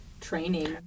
training